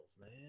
man